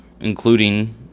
including